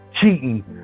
cheating